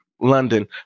London